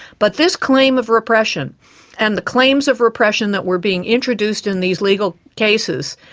but this claim of repression and the claims of repression that were being introduced in these legal cases,